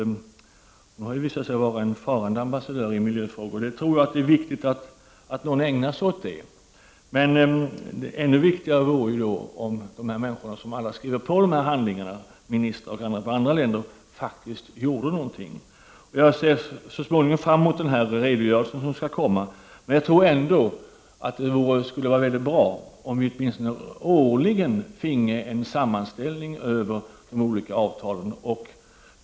Hon har visat sig vara en farande ambassadör i miljöfrågor. Jag tror att det är viktigt att någon ägnar sig åt det. Men ännu viktigare vore det om alla de människor som skriver på dessa handlingar, ministrar m.fl. från andra länder, faktiskt gjorde någonting. Jag ser fram emot den redogörelse som så småningom skall komma, men jag tror att det skulle var mycket bra om vi årligen finge en sammanställning över de olika avtalen.